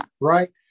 Right